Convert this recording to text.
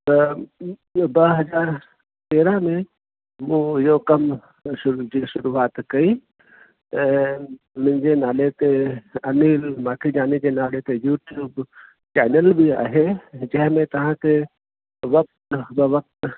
त ॿ हज़ार तेरहं में मूं इहो कमु शुरू थी शुरुआत कई त मुंहिंजे नाले ते अनिल माखीजानी जे नाले ते यूट्यूब चैनल बि आहे ऐं जंहिंमें तव्हांखे वक़्तु ब वक़्तु